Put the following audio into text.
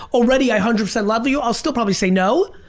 already i hundred percent love you. i'll still probably say no,